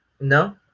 No